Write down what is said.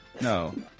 No